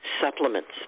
supplements